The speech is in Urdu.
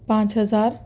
پانچ ہزار